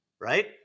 right